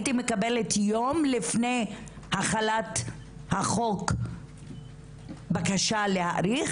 יום לפני החלת החוק הייתי מקבלת בקשה להאריך?